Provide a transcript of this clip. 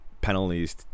penalties